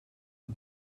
het